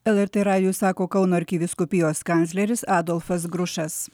lrt radijui sako kauno arkivyskupijos kancleris adolfas grušas